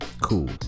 Cool